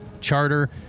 Charter